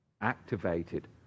activated